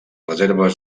reserves